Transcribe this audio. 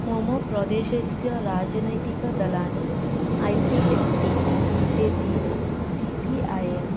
मम प्रदेशस्य राजनैतिकदलानि I P F T B J P C P I M